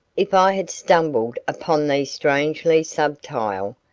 if i had stumbled upon these strangely subtile,